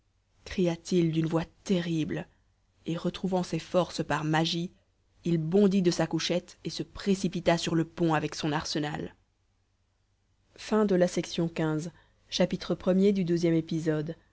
cria-t-il d'une voix terrible et retrouvant ses forces par magie il bondit de sa couchette et se précipita sur le pont avec son arsenal